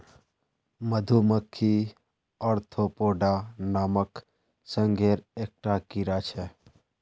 मधुमक्खी ओर्थोपोडा नामक संघेर एक टा कीड़ा छे